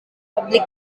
public